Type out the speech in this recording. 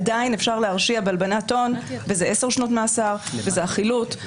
עדיין אפשר להרשיע בהלבנת הון וזה עשר שנות מאסר וזה החילוט.